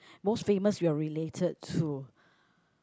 most famous you're related to